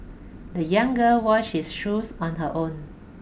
the young girl washed his shoes on her own